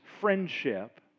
friendship